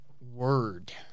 word